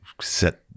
set